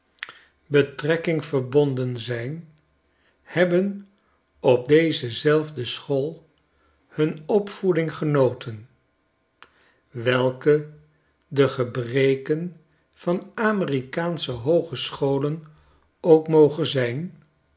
king verbonden zijn hebben op deze zelfde school hun op voeding genoten welke de gebreken van amerikaansche hoogescholen ook mogen zijn